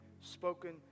spoken